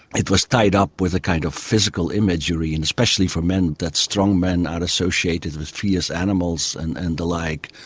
it was tied up with a kind of physical imagery and especially for men that strong men are associated with fierce animals and and the like.